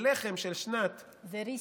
הלחם של שנת, זה ריסטרט.